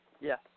Yes